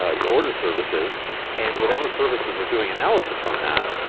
ah your order services. and whatever services are doing analysis on that,